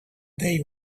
day